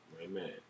Amen